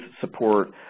support